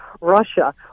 Russia